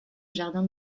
jardin